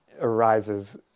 arises